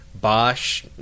Bosch